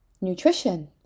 nutrition